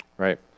Right